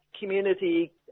community